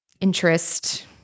interest